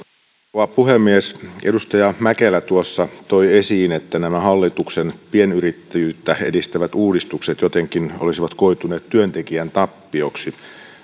rouva puhemies edustaja mäkelä tuossa toi esiin että nämä hallituksen pienyrittäjyyttä edistävät uudistukset jotenkin olisivat koituneet työntekijän tappioksi